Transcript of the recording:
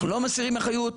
אנחנו לא מסירים אחריות,